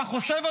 אתה חושב,